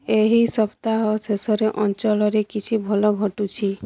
ଏହି ସପ୍ତାହ ଶେଷରେ ଅଞ୍ଚଳରେ କିଛି ଭଲ ଘଟୁଛି